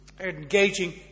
engaging